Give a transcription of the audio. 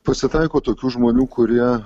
pasitaiko tokių žmonių kurie